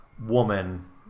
woman